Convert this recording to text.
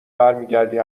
برمیگردی